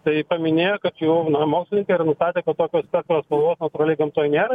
tai paminėjo kad jau na mokslininkai yra nustatę kad tokio spektro spalvos natūraliai gamtoj nėra